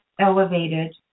elevated